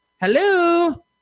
hello